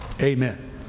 amen